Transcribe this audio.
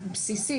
בסיסי,